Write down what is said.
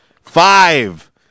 Five